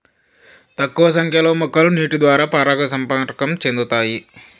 తక్కువ సంఖ్య లో మొక్కలు నీటి ద్వారా పరాగ సంపర్కం చెందుతాయి